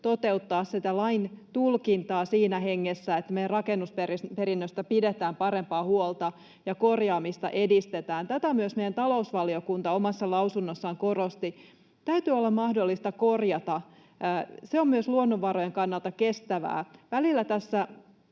toteuttaa sitä lain tulkintaa siinä hengessä, että meidän rakennusperinnöstä pidetään parempaa huolta ja korjaamista edistetään. Tätä myös meidän talousvaliokunta korosti omassa lausunnossaan. Täytyy olla mahdollista korjata. Se on myös luonnonvarojen kannalta kestävää.